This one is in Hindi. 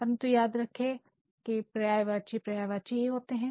परंतु याद रहे पर्यायवाची पर्यायवाची ही होते हैं